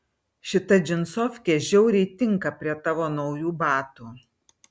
šita džinsofkė žiauriai tinka prie tavo naujų batų